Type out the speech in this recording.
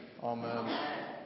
Amen